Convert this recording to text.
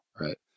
right